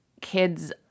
kids